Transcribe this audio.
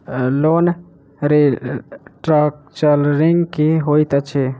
Loan restructuring की होइत अछि?